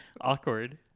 awkward